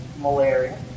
malaria